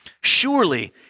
Surely